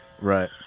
Right